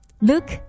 Look